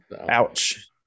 Ouch